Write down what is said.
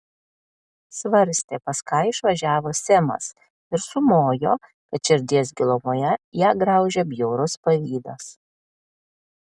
svarstė pas ką išvažiavo semas ir sumojo kad širdies gilumoje ją graužia bjaurus pavydas